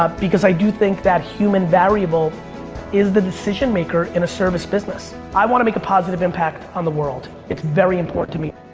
ah because i do think that human variable is the decision maker in a service business. i wanna make a positive impact on the world. it's very important to me.